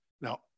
now